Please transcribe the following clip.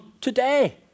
today